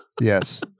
yes